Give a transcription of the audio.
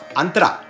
antra